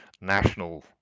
national